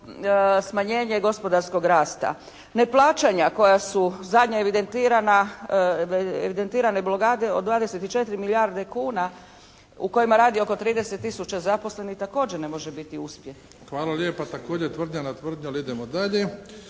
smanjenje gospodarskog rasta. Neplaćanja koja su zadnja evidentirana, evidentirane blokade od 24 milijarde kuna u kojima radi oko 30 tisuća zaposlenih također ne može biti uspjeh. **Bebić, Luka (HDZ)** Hvala lijepa. Također tvrdnja na tvrdnju, ali idemo dalje.